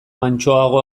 mantsoago